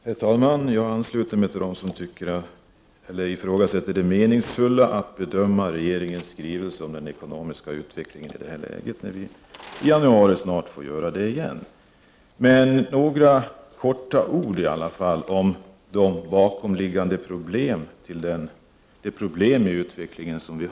Herr talman! Jag ansluter mig till dem som ifrågasätter det meningsfulla i att bedöma regeringens skrivelse om den ekonomiska utvecklingen i det här läget, när vi i januari får göra det igen. Men jag vill i alla fall säga några ord om vad som ligger bakom de problem vi har i utvecklingen.